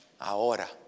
ahora